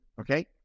okay